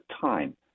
time